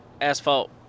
asphalt